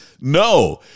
no